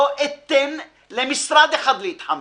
לא אתן למשרד אחד להתחמק.